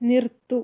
നിർത്തൂ